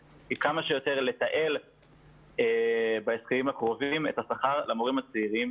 היא כמה שיותר לתעל בהסכמים הקרובים את השכר למורים הצעירים.